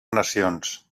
nacions